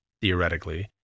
theoretically